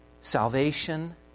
Salvation